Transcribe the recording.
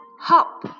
Hop